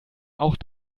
auch